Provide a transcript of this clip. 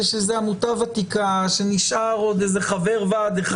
שזו עמותה ותיקה שנשאר עוד איזה חבר ועד אחד